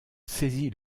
saisit